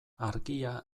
argia